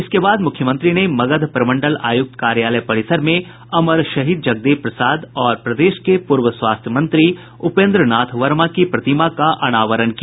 इसके बाद मुख्यमंत्री ने मगध प्रमंडल आयुक्त कार्यालय परिसर में अमर शहीद जगदेव प्रसाद और प्रदेश के पूर्व स्वास्थ्य मंत्री उपेन्द्र नाथ वर्मा की प्रतिमा का अनावरण किया